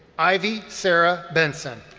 ivy sarah benson.